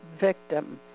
victim